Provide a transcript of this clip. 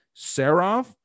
Serov